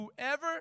whoever